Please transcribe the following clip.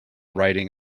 riding